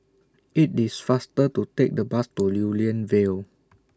IT IS faster to Take The Bus to Lew Lian Vale